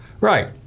right